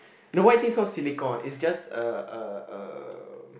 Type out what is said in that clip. the white thing is called silicon is just uh uh um